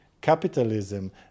capitalism